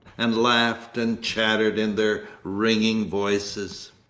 and laughed and chattered in their ringing voices.